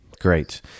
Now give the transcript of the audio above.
Great